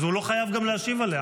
אז הוא לא חייב להשיב עליה,